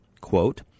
quote